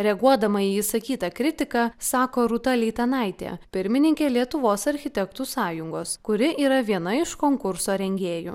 reaguodama į išsakytą kritiką sako rūta leitanaitė pirmininkė lietuvos architektų sąjungos kuri yra viena iš konkurso rengėjų